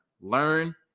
learn